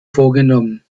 vorgenommen